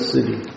City